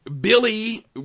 Billy